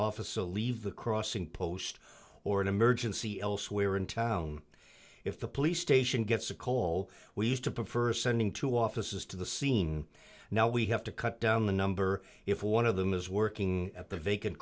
officer leave the crossing post or an emergency elsewhere in town if the police station gets a call we used to prefer sending two officers to the scene now we have to cut down the number if one of them is working at the vacant